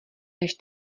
než